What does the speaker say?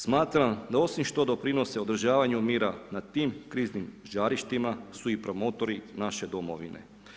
Smatram da osim što doprinose održavanju mira na tim kriznim žarištima su i promotori naše Domovine.